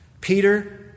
Peter